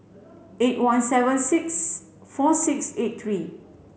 eight one seven six four six eight three